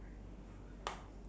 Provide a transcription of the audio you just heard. I don't think so ah